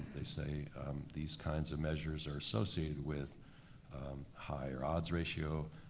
they say these kinds of measures are associated with higher odds ratio,